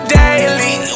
daily